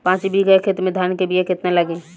पाँच बिगहा खेत में धान के बिया केतना लागी?